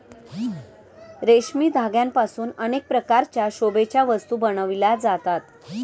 रेशमी धाग्यांपासून अनेक प्रकारच्या शोभेच्या वस्तू बनविल्या जातात